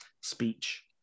speech